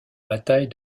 bataille